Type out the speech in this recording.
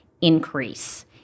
increase